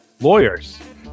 lawyers